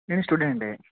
నేను స్టూడెంటే